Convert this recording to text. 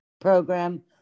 program